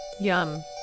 Yum